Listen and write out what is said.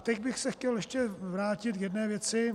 Teď bych se chtěl ještě vrátit k jedné věci.